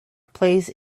plays